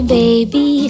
baby